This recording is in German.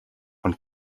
von